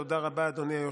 תודה רבה, אדוני היושב-ראש.